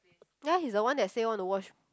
ya he's the one that say want to watch